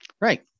right